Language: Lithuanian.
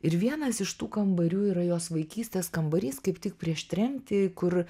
ir vienas iš tų kambarių yra jos vaikystės kambarys kaip tik prieš tremtį kur